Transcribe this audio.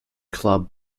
club